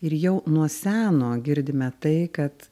ir jau nuo seno girdime tai kad